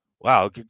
Wow